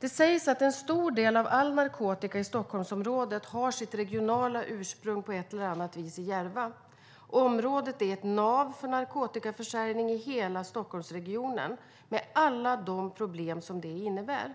Det sägs att en stor del av all narkotika i Stockholmsområdet på ett eller annat vis har sitt regionala ursprung i Järva. Området är ett nav för narkotikaförsäljning i hela Stockholmsregionen, med alla de problem som det innebär.